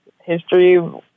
history